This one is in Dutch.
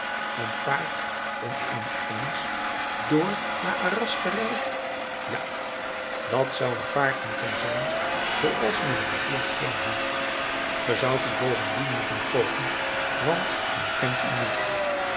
een paard om in ééns door naar arras te rijden ja dat zou een paard moeten zijn zooals men er hier geen heeft ge zoudt het bovendien moeten koopen want men kent u niet